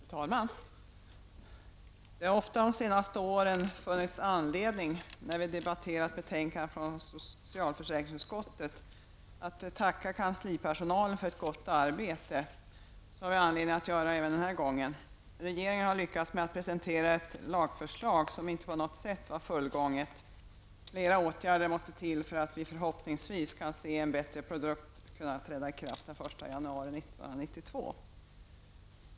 Fru talman! Det har ofta de senaste åren när vi debatterat betänkanden från socialförsäkringsutskottet funnits anledning att tacka kanslipersonalen för ett gott arbete. Det har vi anledning att göra även denna gång. Regeringen har lyckats presentera ett lagförslag som inte på något sätt var fullgånget. Flera åtgärder måste till för att vi förhoppningsvis skall kunna se en bättre produkt träda i kraft den 1 januari 1992.